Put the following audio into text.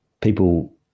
people